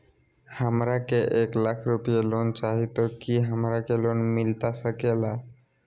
हमरा के एक लाख रुपए लोन चाही तो की हमरा के लोन मिलता सकेला?